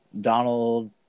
Donald